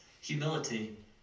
humility